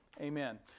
amen